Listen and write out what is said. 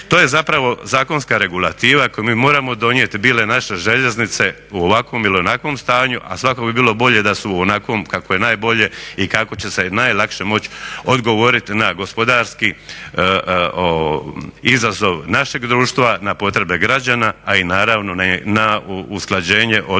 To je zakonska regulativa koju mi moramo donijeti bile naše željeznice u ovakvom ili u onakvom stanju, a svakako bi bilo bolje da su u onakvom kako je najbolje i kako će se najlakše moći odgovoriti na gospodarski izazov našeg društva, na potrebe građana, a i naravno na usklađenje odnosno na